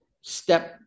step